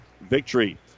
victory